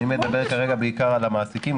אני מדבר כרגע בעיקר על המעסיקים.